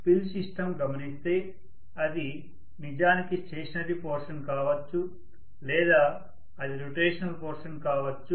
మనము field system గమనిస్తే అది నిజానికి స్టేషనరీ పోర్షన్ కావచ్చు లేదా అది రొటేషనల్ పోర్షన్ కావచ్చు